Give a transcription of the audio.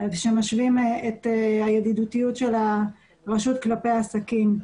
שמשווים את הידידותיות של הרשות כלפי העסקים.